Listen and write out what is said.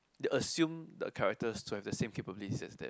they assume the characters to have the same capabilities as them